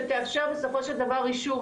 שתאפשר בסופו של דבר רישום,